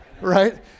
right